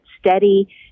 steady